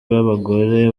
b’abagore